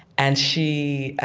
and she